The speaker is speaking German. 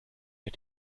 der